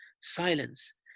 silence